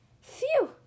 Phew